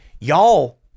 y'all